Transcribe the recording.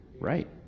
right